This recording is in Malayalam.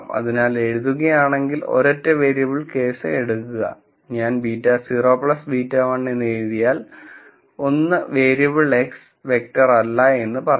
അതിനാൽ എഴുതുകയാണെങ്കിൽ ഒരൊറ്റ വേരിയബിൾ കേസ് എടുക്കുക ഞാൻ β0 β1 എന്നെഴുതിയാൽ 1 വേരിയബിൾ X വെക്റ്റർ അല്ല എന്ന് പറയാം